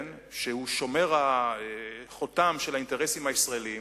שהוא שומר החותם של האינטרסים הישראליים,